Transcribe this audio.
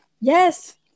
Yes